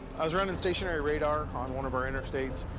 i was running stationary radar on one of our interstates,